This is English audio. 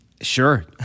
Sure